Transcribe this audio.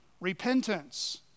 repentance